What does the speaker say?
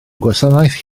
gwasanaeth